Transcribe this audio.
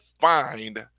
find